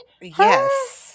Yes